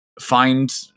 find